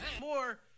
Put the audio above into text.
More